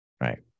Right